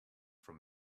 from